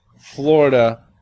Florida